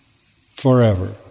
forever